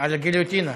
על הגיליוטינה.